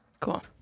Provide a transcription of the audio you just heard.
Cool